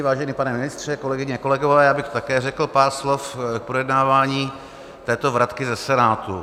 Vážený pane ministře, kolegyně, kolegové, já bych také řekl pár slov k projednávání této vratky ze Senátu.